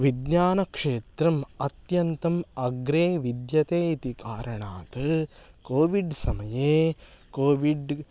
विज्ञानक्षेत्रम् अत्यन्तम् अग्रे विद्यते इति कारणात् कोविड् समये कोविड्